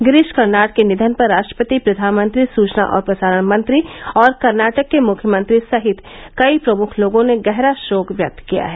गिरीश कर्नाड के निधन पर राष्ट्रपति प्रधानमंत्री सूचना और प्रसारण मंत्री और कर्नाटक के मुख्यमंत्री सहित कई प्रमुख लोगों ने गहरा शोक व्यक्त किया है